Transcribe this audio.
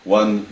one